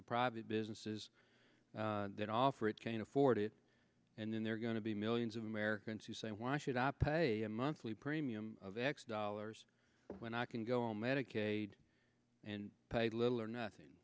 the private businesses that offer it can afford it and then they're going to be millions of americans who say why should i pay a monthly premium of x dollars when i can go on medicaid and pay little or nothing